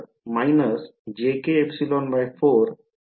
तर − jkε4 j2πk 1εमला हे मिळणार आहे